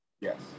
Yes